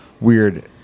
weird